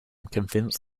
convinced